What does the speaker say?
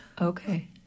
Okay